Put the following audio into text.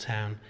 Town